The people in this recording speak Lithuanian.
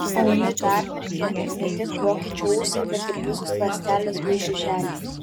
alumi permirkę ne tik vokiečio ūsai bet ir visos ląstelės bei žiuželiai